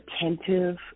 attentive